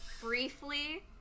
briefly